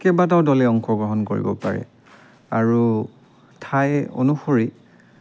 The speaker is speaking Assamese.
কেবাটাও দলে অংশগ্ৰহণ কৰিব পাৰে আৰু ঠাই অনুসৰি